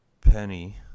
Penny